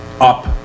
up